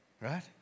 right